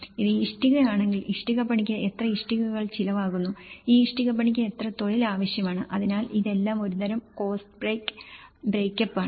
ഇത് ഇഷ്ടിക ആണെങ്കിൽ ഇഷ്ടികപ്പണിക്ക് എത്ര ഇഷ്ടികപ്പണികൾ ചിലവാകുന്നു ഈ ഇഷ്ടികപ്പണിക്ക് എത്ര തൊഴിൽ ആവശ്യമാണ് അതിനാൽ ഇതെല്ലാം ഒരുതരം കോസ്റ്റ ബ്രേക്ക് അപ്പ് ആണ്